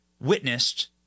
witnessed